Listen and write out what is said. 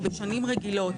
בשנים רגילות